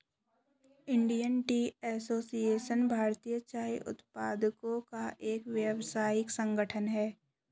Indian tea association भारतीय चाय उत्पादकों का एक व्यावसायिक संगठन है